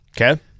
Okay